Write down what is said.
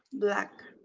black.